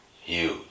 Huge